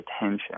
attention